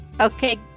Okay